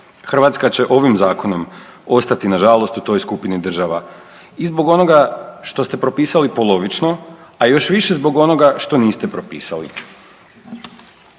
Hrvatska će ovim Zakonom ostati nažalost u toj skupini država i zbog onoga što ste propisali polovično, a još više zbog onoga što niste propisali.